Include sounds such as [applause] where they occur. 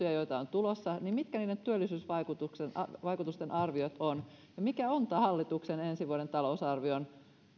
[unintelligible] ja joita on tulossa niin mitkä niiden työllisyysvaikutusten arviot ovat mikä on hallituksen ensi vuoden talousarvion